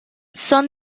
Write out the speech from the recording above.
son